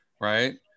Right